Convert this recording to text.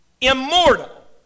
immortal